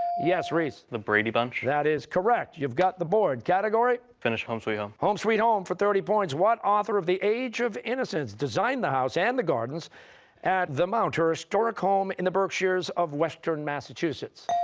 yes, rhys. the brady bunch. costa that is correct, you've got the board, category? finish home sweet home. costa home sweet home for thirty points. what author of the age of innocence designed the house and the gardens at the mount, her historic home in the berkshires of western massachusetts?